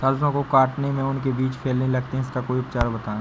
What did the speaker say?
सरसो को काटने में उनके बीज फैलने लगते हैं इसका कोई उपचार बताएं?